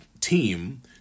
team